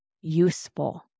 useful